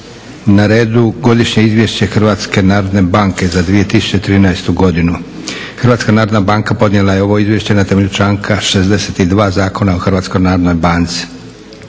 na redu - Godišnje izvješće Hrvatske narodne banke za 2013. godinu Hrvatska narodna banka podnijela je ovo izvješće na temelju članka 62. Zakona o Hrvatskoj narodnoj banci.